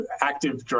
active